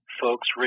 folks